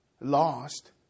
lost